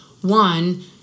one